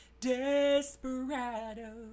Desperado